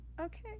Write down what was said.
Okay